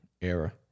era